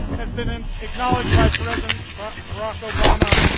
has been and acknowledged by president but barack obama.